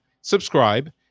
subscribe